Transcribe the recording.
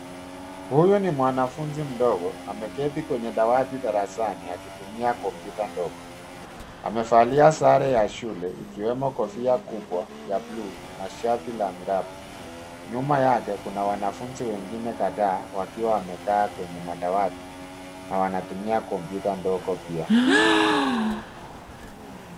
Huyu ni mwanafunzi mdogo ameketi kwenye dawati darasani akitumia kompyuta ndogo. Amevalia sare ya shule ikiwemo kofia kubwa ya buluu na shati la miraba. Nyuma yake kuna wanafunzi wengine kadhaa wakiwa wamekaa kwenye madawati na wanatumia kompyuta ndogo pia.